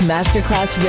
Masterclass